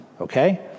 okay